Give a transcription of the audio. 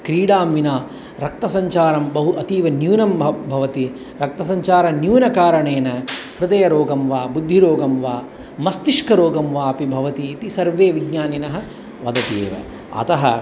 क्रीडां विना रक्तसञ्चारः बहु अतीवन्यूनं भ भवति रक्तसञ्चारन्यूनकारणेन हृदयरोगं वा बुद्धिरोगं वा मस्तिष्करोगं वा अपि भवत इति सर्वे विज्ञानिनः वदन्ति एव अतः